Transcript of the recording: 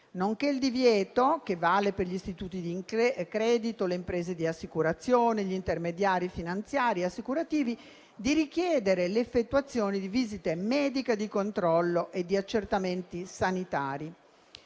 nonché il divieto, che vale per gli istituti di credito, le imprese di assicurazione e gli intermediari finanziari e assicurativi, di richiedere l'effettuazione di visite mediche o di controllo e di accertamenti sanitari,